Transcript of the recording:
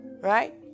right